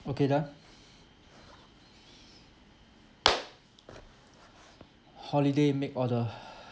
okay done holiday make order